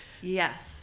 Yes